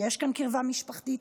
יש כאן קרבה משפחתית,